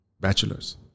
bachelors